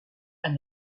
and